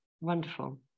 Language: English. Wonderful